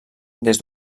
des